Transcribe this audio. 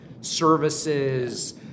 services